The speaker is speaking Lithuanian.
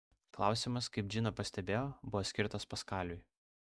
klausimas kaip džina pastebėjo buvo skirtas paskaliui